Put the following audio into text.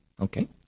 okay